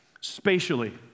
spatially